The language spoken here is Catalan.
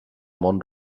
món